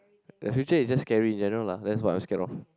the future is just scary general lah that's what I'm scared of